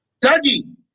Daddy